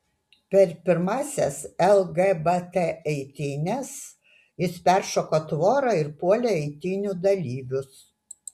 per pirmąsias lgbt eitynes jis peršoko tvorą ir puolė eitynių dalyvius